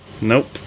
Nope